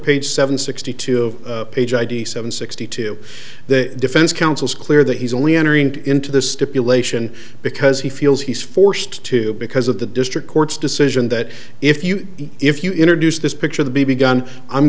page seven sixty two of page id seven sixty two the defense counsel is clear that he's only entering into this stipulation because he feels he's forced to because of the district court's decision that if you if you introduce this picture of the b b gun i'm